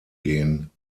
gehen